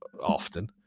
often